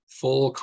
full